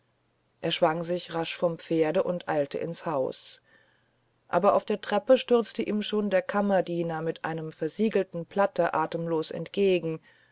er schwang sich rasch vom pferde und eilte ins haus aber auf der treppe stürzte ihm schon der kammerdiener mit einem versiegelten blatte atemlos entgegen